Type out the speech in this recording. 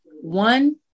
one